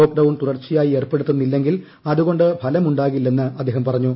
lockdown തുടർച്ചയായി ഏർപ്പെടുത്തുന്നില്ലെങ്കിൽ അതുകൊണ്ട് ഫലം ഉണ്ടാകില്ലെന്ന് അദ്ദേഹം പറഞ്ഞു